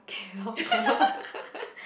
kelong